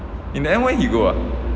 in the end where he go ah